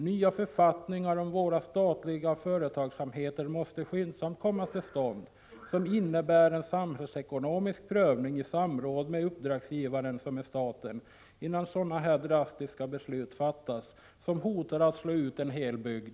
Nya författningar om vår statliga företagsamhet måste skyndsamt komma till stånd, författningar som föreskriver samhällsekonomisk prövning i samråd med uppdragsgivaren, staten, innan sådana här drastiska beslut fattas, som hotar att slå ut en hel bygd.